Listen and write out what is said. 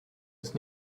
ist